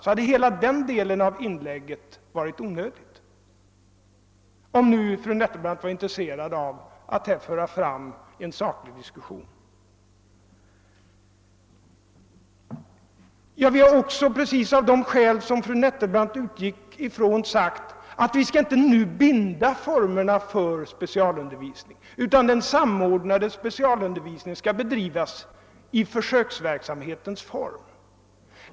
Då hade hela den delen av hennes inlägg varit onödigt — om nu fru Nettelbrandt var intresserad av att föra en saklig diskussion. Vi har också — precis av de skäl som fru Nettelbrandt utgick ifrån — sagt att vi inte nu skall binda formerna för specialundervisningen, utan den samordnade specialundervisningen skall bedrivas i försöksverksamhetens form.